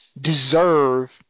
deserve